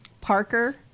Parker